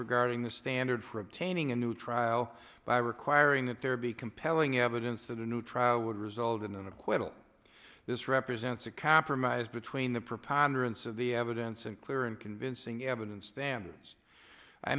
regarding the standard for obtaining a new trial by requiring that there be compelling evidence that a new trial would result in an acquittal this represents a compromise but when the preponderance of the evidence and clear and convincing evidence standards i